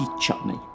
chutney